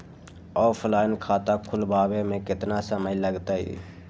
Offline खाता खुलबाबे में केतना समय लगतई?